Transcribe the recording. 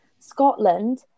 Scotland